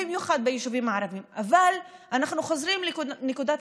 ולראות מקרוב